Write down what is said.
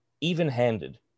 even-handed